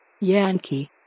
Yankee